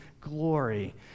glory